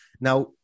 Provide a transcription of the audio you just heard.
Now